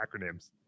acronyms